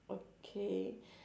okay